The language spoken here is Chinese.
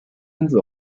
分子